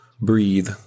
Breathe